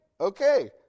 Okay